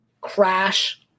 crash